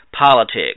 politics